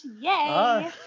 yay